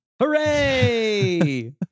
Hooray